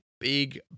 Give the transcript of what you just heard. big